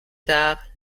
tard